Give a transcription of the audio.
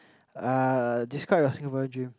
uh describe your Singaporean dream